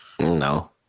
No